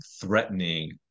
threatening